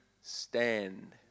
stand